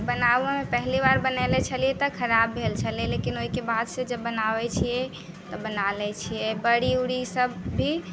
बनाबे मे पहली बार बनेले छलियै तऽ खराब भेल छलै लेकिन ओहिके बाद से जे बनाबै छियै तऽ बना लै छियै बड़ी उड़ी सब भी